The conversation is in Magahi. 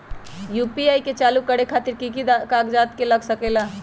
यू.पी.आई के चालु करे खातीर कि की कागज़ात लग सकेला?